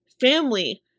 family